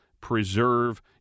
preserve